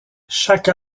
chaque